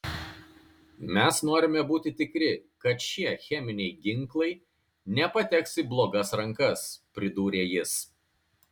mes norime būti tikri kad šie cheminiai ginklai nepateks į blogas rankas pridūrė jis